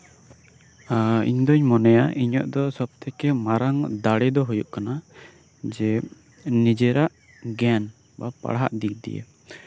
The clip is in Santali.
ᱤᱧ ᱫᱚᱧ ᱢᱚᱱᱮᱭᱟ ᱤᱧᱟᱹᱜ ᱫᱚ ᱥᱚᱵᱽ ᱛᱷᱮᱹᱠᱮᱹ ᱢᱟᱨᱟᱝ ᱫᱟᱲᱮᱹ ᱫᱚ ᱦᱩᱭᱩᱜ ᱠᱟᱱᱟ ᱡᱮ ᱱᱤᱡᱮᱹᱨᱟᱜ ᱜᱮᱭᱟᱱ ᱯᱟᱲᱦᱟᱜ ᱫᱤᱠ ᱫᱤᱭᱮ